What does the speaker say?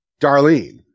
Darlene